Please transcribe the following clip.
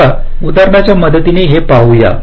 चला उदाहरणाच्या मदतीने पाहूया